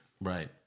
Right